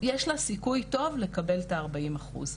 יש לה סיכוי טוב לקבל את ה-40 אחוז,